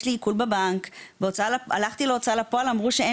יש לי עיקול בבנק והלכתי להוצאה לפועל ואמרו שאין